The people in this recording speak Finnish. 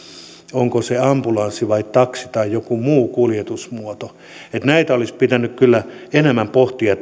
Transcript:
onko se ambulanssi vai taksi tai joku muu kuljetusmuoto näitä olisi pitänyt kyllä enemmän pohtia